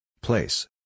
Place